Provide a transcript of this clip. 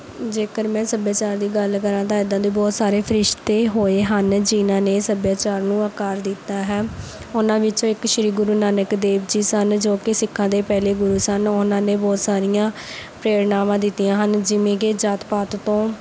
ਜੇਕਰ ਮੈਂ ਸੱਭਿਆਚਾਰ ਦੀ ਗੱਲ ਕਰਾਂ ਤਾਂ ਇੱਦਾਂ ਦੇ ਬਹੁਤ ਸਾਰੇ ਫਰਿਸ਼ਤੇ ਹੋਏ ਹਨ ਜਿਨ੍ਹਾਂ ਨੇ ਸੱਭਿਆਚਾਰ ਨੂੰ ਆਕਾਰ ਦਿੱਤਾ ਹੈ ਉਹਨਾਂ ਵਿੱਚੋਂ ਇੱਕ ਸ਼੍ਰੀ ਗੁਰੂ ਨਾਨਕ ਦੇਵ ਜੀ ਸਨ ਜੋ ਕਿ ਸਿੱਖਾਂ ਦੇ ਪਹਿਲੇ ਗੁਰੂ ਸਨ ਉਹਨਾਂ ਨੇ ਬਹੁਤ ਸਾਰੀਆਂ ਪ੍ਰੇਰਨਾਵਾਂ ਦਿੱਤੀਆਂ ਹਨ ਜਿਵੇਂ ਕਿ ਜਾਤ ਪਾਤ ਤੋਂ